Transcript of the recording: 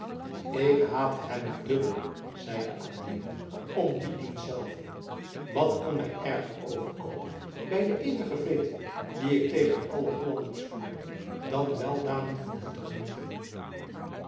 ik haat hen dubbel zeide adeelen om dien dienst zelven wat kon mij erger overkomen bij de eeuwige veete die ik tegen alle hollanders voede dan weldaden van hen te genieten